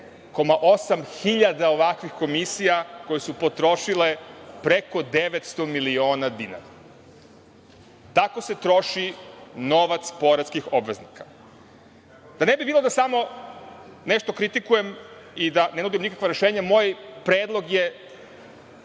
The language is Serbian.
6,8 hiljada ovakvih komisija koje su potrošile preko 900 miliona dinara. Tako se troši novac poreskih obveznika. Da ne bi bilo da samo nešto kritikujem i da ne nudim nikakva rešenja, moj predlog je